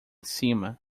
cima